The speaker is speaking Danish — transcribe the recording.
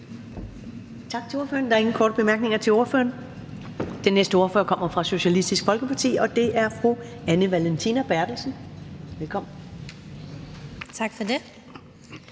Tak til ordføreren. Der er ingen korte bemærkninger til ordføreren. Den næste ordfører kommer fra Socialistisk Folkeparti, og det er fru Anne Valentina Berthelsen. Velkommen. Kl.